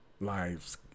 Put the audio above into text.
Lives